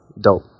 Dope